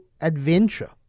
adventure